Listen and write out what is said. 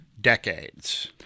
decades